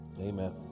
amen